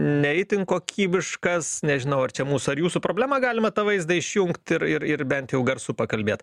ne itin kokybiškas nežinau ar čia mūsų ar jūsų problema galima tą vaizdą išjungt ir ir ir bent jau garsu pakalbėt